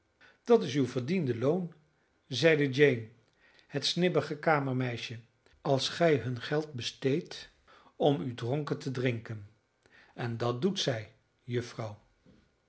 dat is uw verdiende loon zeide jane het snibbige kamermeisje als gij hun geld besteedt om u dronken te drinken en dat doet zij juffrouw